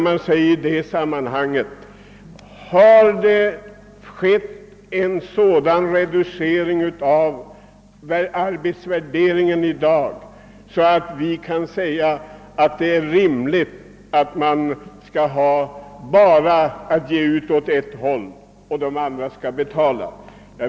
Man frågar sig: Har det skett en sådan ändring av arbetets värdering att det kan sägas vara rimligt att bara ge ut pengar åt somliga medan andra skall betala?